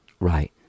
right